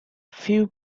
few